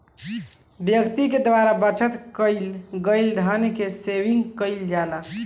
व्यक्ति के द्वारा बचत कईल गईल धन के सेविंग कहल जाला